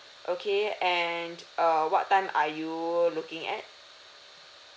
okay and uh what time are you looking at